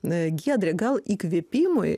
na giedrė gal įkvėpimui